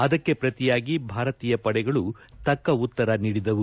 ಅದಕ್ಕೆ ಪ್ರತಿಯಾಗಿ ಭಾರತೀಯ ಪಡೆಗಳು ತಕ್ಕ ಉತ್ತರ ನೀಡಿದವು